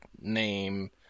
name